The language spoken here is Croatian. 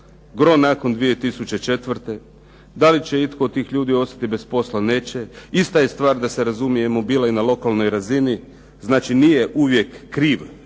gro nakon 2004. Da li će itko od tih ljudi ostati bez posla? Neće. Ista je stvar, da se razumijemo, bila i na lokalnoj razini, znači nije uvijek kriv